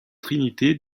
trinité